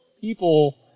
people